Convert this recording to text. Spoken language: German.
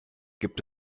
gibt